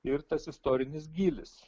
ir tas istorinis gylis